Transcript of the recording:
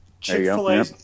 Chick-fil-A